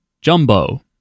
Jumbo